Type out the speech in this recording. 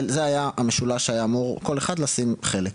זה היה המשולש שאמור כל אחד לשים חלק.